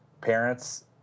parents